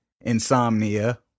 insomnia